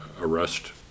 arrest